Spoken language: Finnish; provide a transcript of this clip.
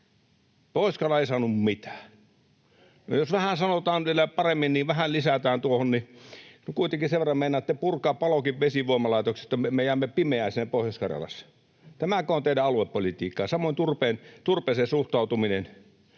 Pohjois-Karjala ei saanut mitään. No jos vähän sanotaan vielä paremmin, vähän lisätään tuohon, niin kuitenkin sen verran meinaatte, että puratte Palokin vesivoimalaitoksen. Me jäämme pimeään siellä Pohjois-Karjalassa. Tämäkö on teidän aluepolitiikkaa? Samoin turpeeseen suhtautuminen,